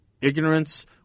ignorance